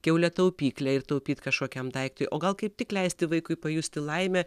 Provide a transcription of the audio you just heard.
kiaulę taupyklę ir taupyt kažkokiam daiktui o gal kaip tik leisti vaikui pajusti laimę